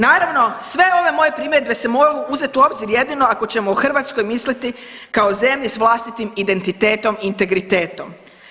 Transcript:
Naravno sve ove moje primjedbe se mogu uzet u obzir jedino ako ćemo o Hrvatskoj misliti kao zemlji s vlastitim identitetom i integritetom.